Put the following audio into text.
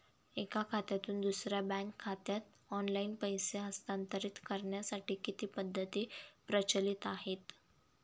एका खात्यातून दुसऱ्या बँक खात्यात ऑनलाइन पैसे हस्तांतरित करण्यासाठी किती पद्धती प्रचलित आहेत?